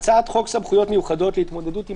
הצעת חוק סמכויות מיוחדות להתמודדות עם